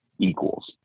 equals